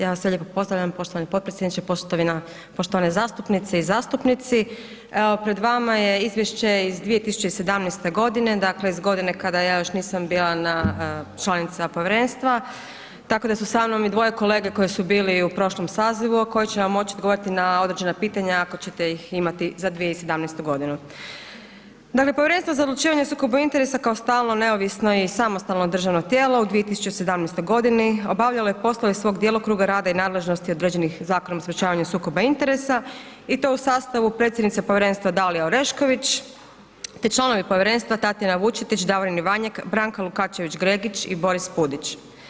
Ja vas sve lijepo pozdravljam, poštovani potpredsjedniče, poštovani zastupnice i zastupnici, evo pred vama je izvješće iz 2017.g., dakle, iz godine kada ja još nisam bila članica povjerenstva, tako da su sa mnom i dvoje kolege koje su bili u prošlom sazivu, a koji će vam moć odgovorit na određena pitanja ako ćete ih imati za 2017.g. Dakle, Povjerenstvo za odlučivanje o sukobu interesa kao stalno neovisno i samostalno državno tijelo u 2017.g. obavljalo je poslove svog djelokruga, rada i nadležnosti određenih Zakonom o sprječavanju sukoba interesa i to u sastavu predsjednice povjerenstva Dalije Orešković, te članovi povjerenstva Tatjana Vučetić, Davorin Ivanjek, Branka Lukačević Gregić i Boris Spudić.